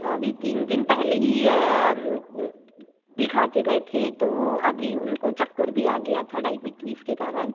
अभी तीन दिन पहले ही दिखा के गए थे तो अभी उनको चक्कर भी आ गया था डायबिटीज के कारण